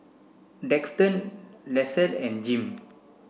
Daxton Leslee and Jim